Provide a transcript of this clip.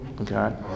Okay